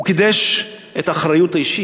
הוא קידש את האחריות האישית.